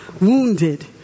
wounded